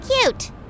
Cute